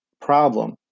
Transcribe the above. problem